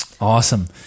Awesome